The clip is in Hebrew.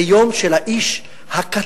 זה היום של האיש הקטן,